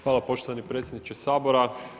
Hvala poštovani predsjedniče Sabora.